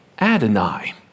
Adonai